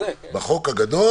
בחוק הגדול